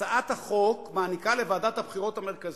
הצעת החוק מעניקה לוועדת הבחירות המרכזית,